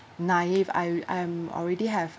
naive I I'm already have